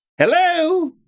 Hello